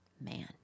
man